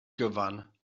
gyfan